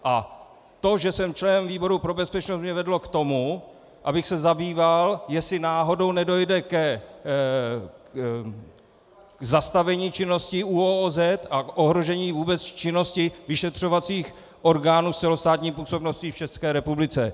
A to, že jsem členem výboru pro bezpečnost, mě vedlo k tomu, abych se zabýval, jestli náhodou nedojde k zastavení činnosti ÚOOZ a k ohrožení vůbec činnosti vyšetřovacích orgánů s celostátní působností v České republice.